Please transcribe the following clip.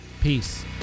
Peace